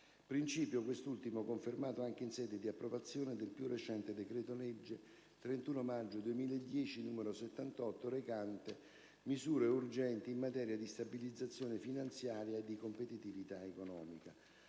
Principio, quest'ultimo, confermato anche in sede di approvazione del più recente decreto-legge 31 maggio 2010, n. 78, recante misure urgenti in materia di stabilizzazione finanziaria e di competitività economica.